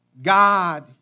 God